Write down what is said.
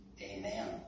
Amen